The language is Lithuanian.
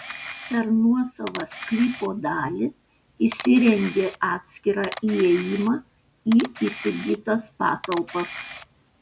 per nuosavą sklypo dalį įsirengė atskirą įėjimą į įsigytas patalpas